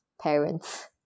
parents